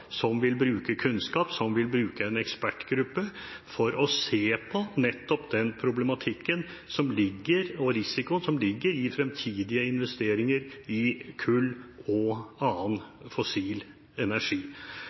som vil bruke kunnskap, som vil bruke en ekspertgruppe for å se på nettopp den problematikken og risikoen som ligger i fremtidige investeringer i kull og annen fossil energi.